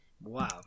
wow